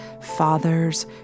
fathers